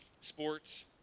Sports